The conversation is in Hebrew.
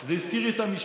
זה הזכיר לי את המשפט: